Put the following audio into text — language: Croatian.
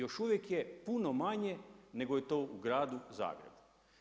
Još uvijek je puno manje nego je to u gradu Zagrebu.